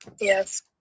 Yes